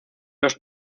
los